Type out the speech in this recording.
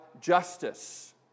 justice